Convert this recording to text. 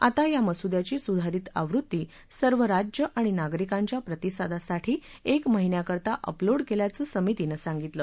आता या मसुद्याची सुधारित आवृत्ती सर्व राज्य आणि नागरिकांच्या प्रतिसादासाठी एक महिन्याकरता अपलोड केल्याचं समितीनं सांगितलं